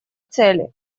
цели